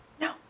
No